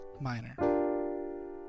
minor